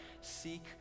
Seek